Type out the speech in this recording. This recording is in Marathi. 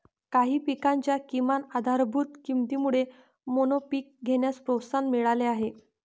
काही पिकांच्या किमान आधारभूत किमतीमुळे मोनोपीक घेण्यास प्रोत्साहन मिळाले आहे